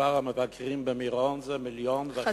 מספר המבקרים במירון הוא 1.5 מיליון,